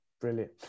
brilliant